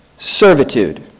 Servitude